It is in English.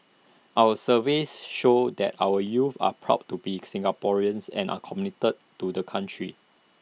our surveys show that our youths are proud to be Singaporeans and are committed to the country